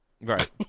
Right